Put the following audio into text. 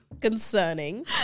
concerning